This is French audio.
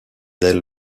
dès